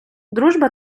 дружба